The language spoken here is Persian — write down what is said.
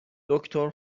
دکتر